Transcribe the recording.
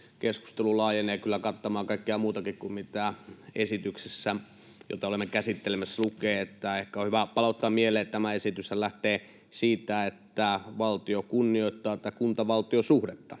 keskustelu laajenee kyllä kattamaan kaikkea muutakin kuin mitä lukee esityksessä, jota olemme käsittelemässä. Ehkä on hyvä palauttaa mieleen, että tämä esityshän lähtee siitä, että valtio kunnioittaa tätä kunta—valtio-suhdetta,